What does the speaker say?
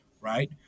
right